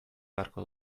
beharko